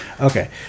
Okay